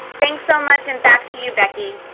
thanks so much, and back to you becky.